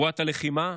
בועת הלחימה,